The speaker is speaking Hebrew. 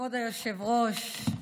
כבוד היושב-ראש,